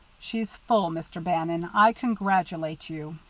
she's full, mr. bannon. i congratulate you.